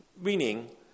Meaning